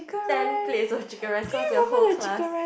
ten plates of chicken rice because they are whole class